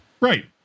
Right